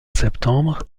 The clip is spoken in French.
septembre